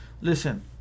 listen